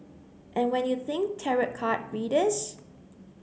and when you think tarot card readers